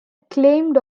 claimed